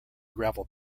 gravel